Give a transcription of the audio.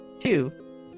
Two